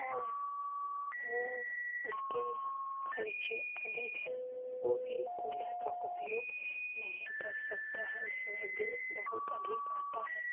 और वो उसके ख़र्चे अधिक हैं वो भी कूलर का उपयोग नहीं कर सकता है उसमें बिल बहुत अधिक आती है